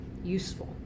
useful